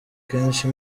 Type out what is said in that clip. kenshi